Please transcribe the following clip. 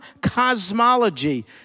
cosmology